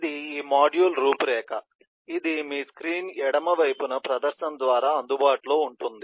ఇది మాడ్యూల్ రూపురేఖ ఇది మీ స్క్రీన్ ఎడమ వైపున ప్రదర్శన ద్వారా అందుబాటులో ఉంటుంది